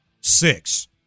six